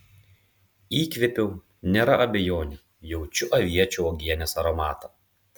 įkvėpiau nėra abejonių jaučiu aviečių uogienės aromatą